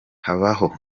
habaho